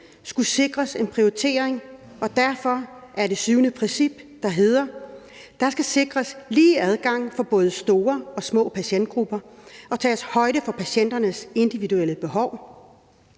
skulle sikres en prioritering. Derfor hedder det syvende princip: »Der skal sikres lige adgang for både store og små patientgrupper og tages højde for patienters individuelle behov.